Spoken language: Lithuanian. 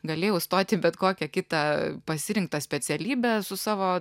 galėjau stoti į bet kokią kitą pasirinktą specialybę su savo